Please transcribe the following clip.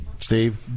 Steve